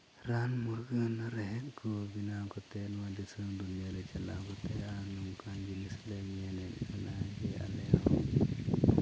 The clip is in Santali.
ᱨᱟᱱ ᱢᱩᱨᱜᱟᱹᱱ ᱨᱮᱦᱮᱫ ᱠᱚ ᱵᱮᱱᱟᱣ ᱠᱟᱛᱮᱫ ᱱᱚᱣᱟ ᱫᱤᱥᱚᱢ ᱫᱩᱱᱤᱭᱟᱹ ᱨᱮ ᱪᱟᱞᱟᱣ ᱠᱟᱛᱮᱫ ᱟᱨ ᱱᱚᱝᱠᱟᱱ ᱡᱤᱱᱤᱥ ᱞᱮ ᱧᱮᱞᱮᱫ ᱠᱟᱱᱟ ᱡᱮ ᱟᱞᱮᱦᱚᱸ